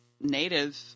Native